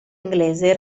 inglese